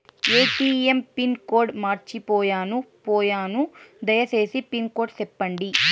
ATM pin code మర్చిపోయాను పోయాను దయసేసి పిన్ కోడ్ సెప్పండి?